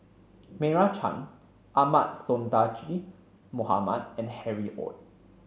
Meira Chand Ahmad Sonhadji Mohamad and Harry Ord